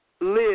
live